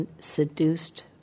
seduced